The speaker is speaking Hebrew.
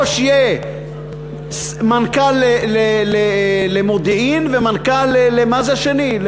או שיהיה מנכ"ל למודיעין ומנכ"ל, מה זה השני?